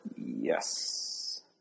Yes